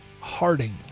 Harding